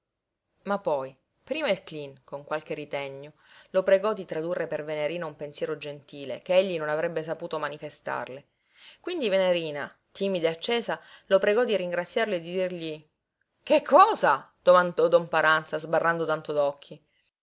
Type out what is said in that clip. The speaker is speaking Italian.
ma poi prima il cleen con qualche ritegno lo pregò di tradurre per venerina un pensiero gentile che egli non avrebbe saputo manifestarle quindi venerina timida e accesa lo pregò di ringraziarlo e di dirgli che cosa domandò don paranza sbarrando tanto